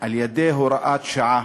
על-ידי הוראת שעה,